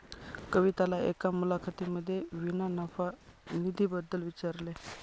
कविताला एका मुलाखतीमध्ये विना नफा निधी बद्दल विचारले